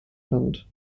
fand